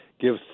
Give